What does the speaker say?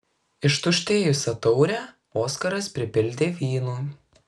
ištuštėjusią taurę oskaras pripildė vynu